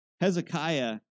Hezekiah